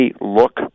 look